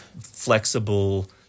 flexible